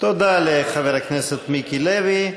תודה לחבר הכנסת מיקי לוי.